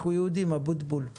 אנחנו יהודים, אבוטבול.